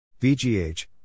VGH